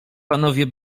panowie